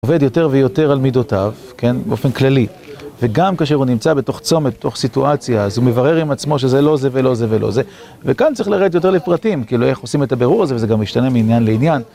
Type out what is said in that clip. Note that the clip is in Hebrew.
עובד יותר ויותר על מידותיו, כן? באופן כללי. וגם כאשר הוא נמצא בתוך צומת, בתוך סיטואציה, אז הוא מברר עם עצמו שזה לא זה ולא זה ולא זה. וכאן צריך לרדת יותר לפרטים, כאילו איך עושים את הבירור הזה, וזה גם משתנה מעניין לעניין.